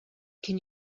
can